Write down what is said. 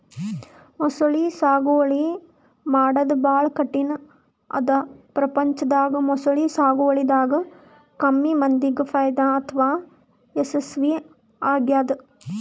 ಮೊಸಳಿ ಸಾಗುವಳಿ ಮಾಡದ್ದ್ ಭಾಳ್ ಕಠಿಣ್ ಅದಾ ಪ್ರಪಂಚದಾಗ ಮೊಸಳಿ ಸಾಗುವಳಿದಾಗ ಕಮ್ಮಿ ಮಂದಿಗ್ ಫೈದಾ ಅಥವಾ ಯಶಸ್ವಿ ಆಗ್ಯದ್